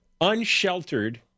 unsheltered